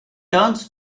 turns